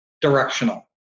directional